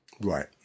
Right